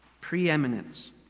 Preeminence